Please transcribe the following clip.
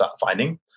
finding